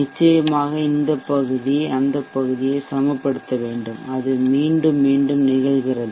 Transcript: நிச்சயமாக இந்த பகுதி அந்த பகுதியை சமப்படுத்த வேண்டும் அது மீண்டும் மீண்டும் நிகழ்கிறது